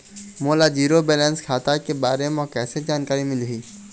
मोला zero balance खाता के बारे म कैसे जानकारी मिलही?